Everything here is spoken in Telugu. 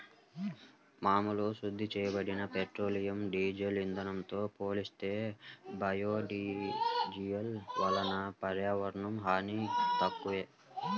మామూలు శుద్ధి చేయబడిన పెట్రోలియం, డీజిల్ ఇంధనంతో పోలిస్తే బయోడీజిల్ వలన పర్యావరణ హాని తక్కువే